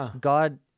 God